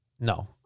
no